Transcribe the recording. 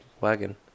wagon